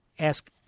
ask